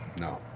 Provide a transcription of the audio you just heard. No